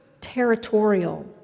territorial